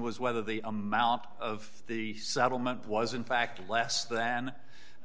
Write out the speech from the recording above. was whether the amount of the settlement was in fact less than